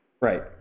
Right